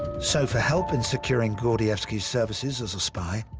so, for help in securing gordievsky's services as a spy,